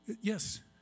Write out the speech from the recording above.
yes